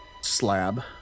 slab